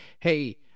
hey